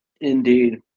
indeed